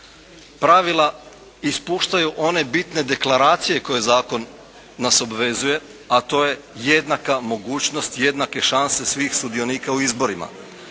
Pravila ispuštaju one bitne deklaracije koje zakon nas obvezuje, a to je jednaka mogućnost, jednake šanse svih sudionika u izborima.